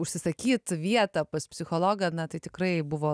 užsisakyt vietą pas psichologą na tai tikrai buvo